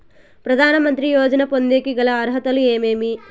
ప్రధాన మంత్రి యోజన పొందేకి గల అర్హతలు ఏమేమి?